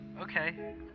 Okay